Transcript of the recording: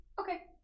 Okay